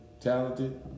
talented